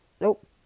Nope